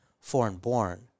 foreign-born